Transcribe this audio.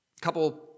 couple